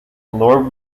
lord